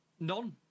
None